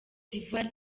d’ivoir